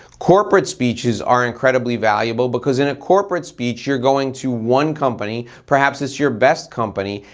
corporate speeches are incredibly valuable because in a corporate speech you're going to one company, perhaps it's your best company,